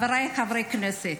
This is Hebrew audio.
חבריי חברי הכנסת,